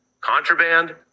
contraband